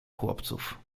chłopców